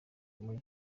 muri